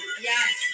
yes